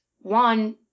one